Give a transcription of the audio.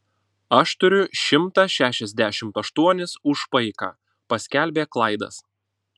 aš turiu šimtą šešiasdešimt aštuonis už paiką paskelbė klaidas